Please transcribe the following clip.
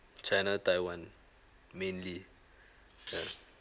china taiwan mainly ya